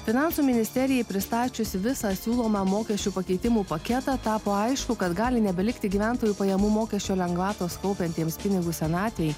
finansų ministerijai pristačius visą siūlomą mokesčių pakeitimų paketą tapo aišku kad gali nebelikti gyventojų pajamų mokesčio lengvatos kaupiantiems pinigus senatvei